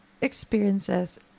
experiences